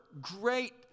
great